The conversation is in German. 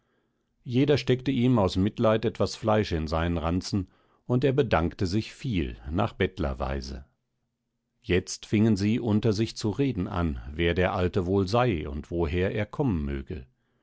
jeder steckte ihm aus mitleid etwas fleisch in seinen ranzen und er bedankte sich viel nach bettlerweise jetzt fingen sie unter sich zu reden an wer der alte wohl sei und woher er kommen möge